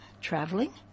Traveling